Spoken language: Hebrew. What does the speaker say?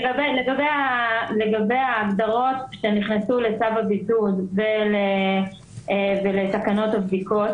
לגבי ההגדרות שנכנסו לצו הבידוד ולתקנות הבדיקות,